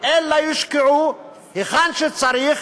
אלא יושקעו היכן שצריך,